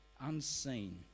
unseen